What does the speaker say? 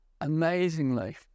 Amazingly